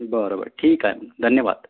बरं बरं ठीक आहे मग धन्यवाद